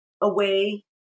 away